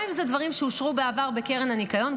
גם אם זה דברים שאושרו בעבר בקרן הניקיון,